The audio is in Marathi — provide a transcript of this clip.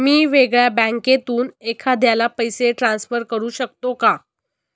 मी वेगळ्या बँकेतून एखाद्याला पैसे ट्रान्सफर करू शकतो का?